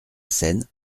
scène